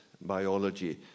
biology